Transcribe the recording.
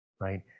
right